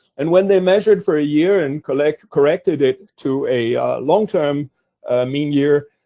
and when they measured for a year, and corrected corrected it to a long-term ah mean year,